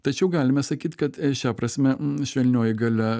tačiau galime sakyt kad šia prasme švelnioji galia